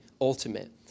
ultimate